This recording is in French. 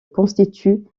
constitue